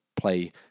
play